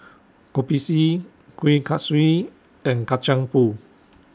Kopi C Kuih Kaswi and Kacang Pool